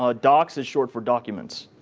ah dox short for documents.